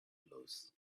blows